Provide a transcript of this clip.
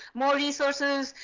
more resources,